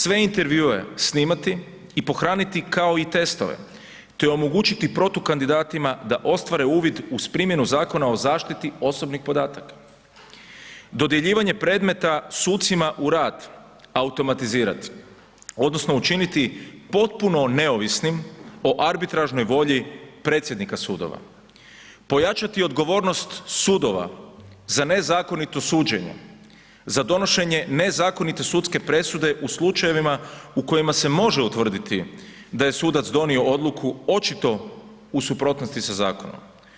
Sve intervjue snimati i pohraniti kao i testove te omogućiti protukandidatima da ostare uvid uz primjenu Zakona o zaštiti osobnih podataka, dodjeljivanje predmeta sucima u rad automatizirat, odnosno učiniti potpuno neovisnim o arbitražnoj volji predsjednika sudova, pojačati odgovornost sudova za nezakonito suđenje, za donošenje nezakonite sudske presude u slučajevima u kojima se može utvrditi da je sudac donio odluku očito u suprotnosti sa zakonom.